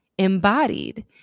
Embodied